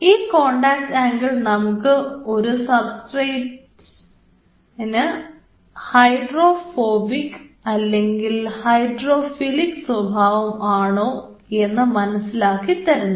ഈ contact angle നിങ്ങൾക്ക് ഈ സബ്സ്ട്രേറ്റിന് ഹൈഡ്രോഫോബിക് അല്ലെങ്കിൽ ഹൈഡ്രോഫിലിക് സ്വഭാവം ആണോ എന്ന് മനസ്സിലാക്കി തരുന്നു